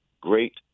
great